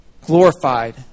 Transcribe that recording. glorified